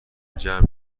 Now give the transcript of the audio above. جمع